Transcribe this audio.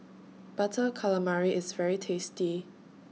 Butter Calamari IS very tasty